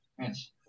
Yes